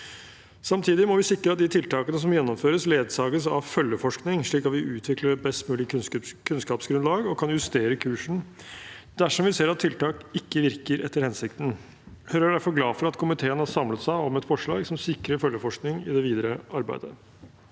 Samtidig må vi sikre at de tiltakene som gjennomføres, ledsages av følgeforskning, slik at vi utvikler et best mulig kunnskapsgrunnlag, og kan justere kursen dersom vi ser at tiltak ikke virker etter hensikten. Høyre er derfor glad for at komiteen har samlet seg om et forslag som sikrer følgeforskning i det videre arbeidet.